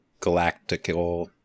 galactical